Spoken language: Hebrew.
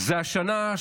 זאת השנה,